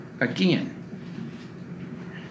again